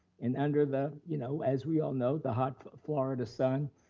and under the, you know as we all know, the hot florida sun,